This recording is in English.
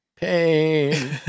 pain